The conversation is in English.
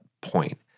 point